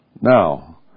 Now